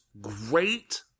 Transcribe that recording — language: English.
great